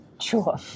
sure